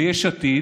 ביש עתיד,